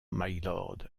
mylord